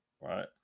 right